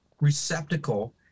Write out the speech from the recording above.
receptacle